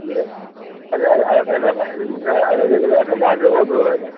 ഇത് അല്ലാ വെള്ള ഇത് റേഷൻ കാർഡിൻ്റെ കോപ്പി പോരെ